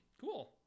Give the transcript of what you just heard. Cool